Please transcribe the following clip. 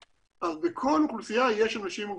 אבל בכל אוכלוסייה יש אנשים עם מוגבלות,